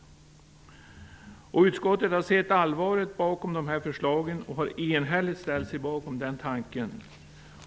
Utskottet har sett allvaret bakom förslagen och har enhälligt ställt sig bakom denna tanke.